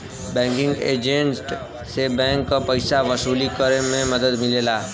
banking agent से bank के पइसा वसूली करे में मदद मिलेला